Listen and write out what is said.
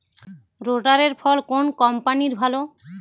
রোটারের ফল কোন কম্পানির ভালো?